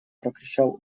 прокричал